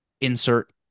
insert